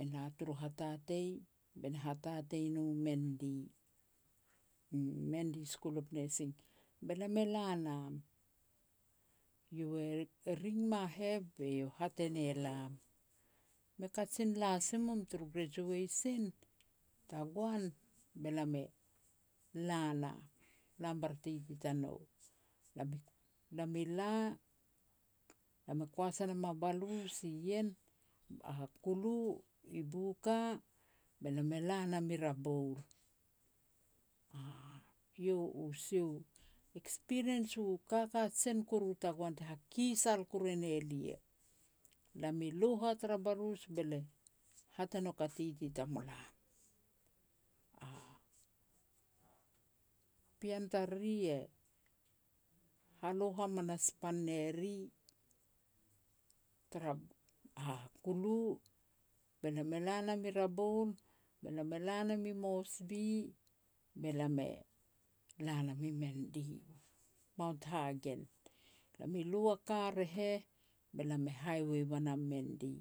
e la turu hatatei, be na hatatei no i Mendi, um Mendi School of Nursing. Be lam e la nam. Iau e-e ring ma heh be iau e hat e ne lam. Me kajin la si mum turu grejuasin tagoan? Be lam e la nam, lam bara titi tanou, lam i-lam i la, lam e kuas e nam a balus ien, a kulu, i Buka, be lam e la nam i Raboul, aah. Eiau u sia u experience u kakajen kuru tagoan te hakikisal kuru e ne lia. Lam i loh a tara balus be lia hat e nouk a titi tamulam, a pean tariri e haloh hamanas pan ne ri tara a kulu. Be lam e la nam i Raboul, be lam e la nam i Moresby, be lam e la nam i Mendi, Mount Hagen. Lam i lui a kar e heh, be lam e highway ua nam i Mendi.